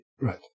Right